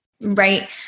Right